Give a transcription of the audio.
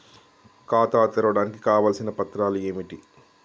ఖాతా తెరవడానికి కావలసిన పత్రాలు ఏమిటి?